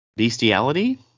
Bestiality